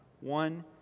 One